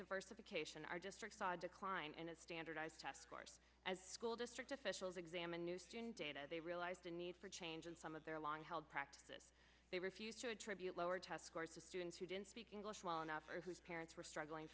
diversification our district saw decline and as standardized test scores as school district officials examined new data they realized the need for change in some of their long held practice they refused to attribute lower test scores to students who didn't speak english well enough or whose parents were struggling